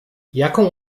jaką